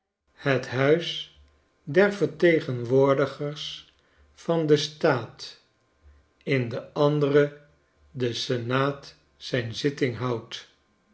het huis der vertegenwoordigers van den staat in de andere de senaat zijn zitting houdt